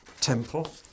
temple